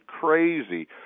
crazy